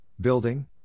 building